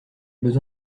besoin